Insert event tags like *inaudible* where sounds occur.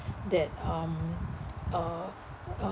that um *noise* uh uh